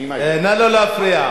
אני מאיים?